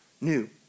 new